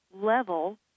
level